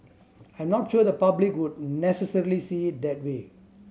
I'm not sure the public would necessarily see that way